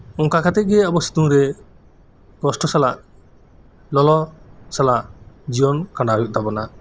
ᱚᱱᱠᱟ ᱠᱟᱛᱮᱜᱮ ᱟᱵᱚ ᱥᱤᱛᱩᱝ ᱨᱮ ᱠᱚᱥᱴᱚ ᱥᱟᱞᱟᱜ ᱞᱚᱞᱚ ᱥᱟᱞᱟᱜ ᱡᱤᱭᱚᱱ ᱠᱷᱟᱸᱰᱟᱣ ᱦᱩᱭᱩᱜ ᱛᱟᱵᱚᱱᱟ